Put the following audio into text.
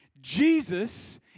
Jesus